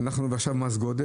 אנחנו עכשיו גם עם מס גודש.